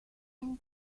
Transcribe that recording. and